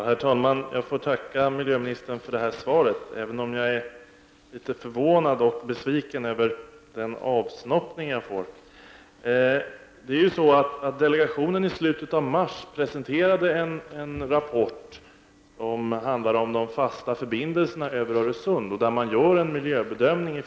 Herr talman! Jag får tacka miljöministern för svaret, även om jag är litet förvånad och besviken över den avsnoppning jag fick. I slutet av mars presenterade den aktuella delegationen en rapport, som handlade om de fasta förbindelserna över Öresund. Från delegationens sida görs en miljöbedömning.